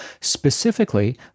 Specifically